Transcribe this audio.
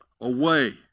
away